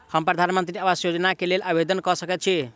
हम प्रधानमंत्री आवास योजना केँ लेल आवेदन कऽ सकैत छी?